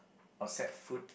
or set foot